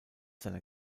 seiner